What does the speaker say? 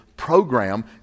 Program